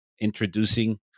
introducing